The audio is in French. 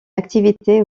activité